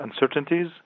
uncertainties